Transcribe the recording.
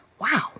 Wow